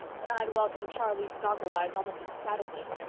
but i'd welcome charlie's goggle eyes almost ecstatically.